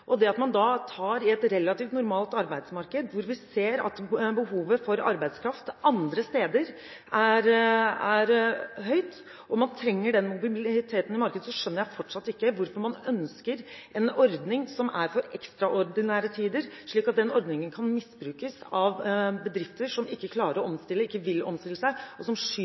I et relativt normalt arbeidsmarked, hvor man ser at behovet for arbeidskraft andre steder er høyt, og man trenger den mobiliteten i markedet, skjønner jeg ikke hvorfor man ønsker en ordning som er for ekstraordinære tider, slik at den ordningen kan misbrukes av bedrifter som ikke klarer å omstille seg, eller ikke vil omstille seg, og som